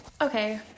okay